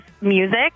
music